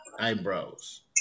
eyebrows